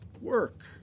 work